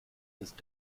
ist